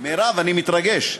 מירב, אני מתרגש.